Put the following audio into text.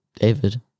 David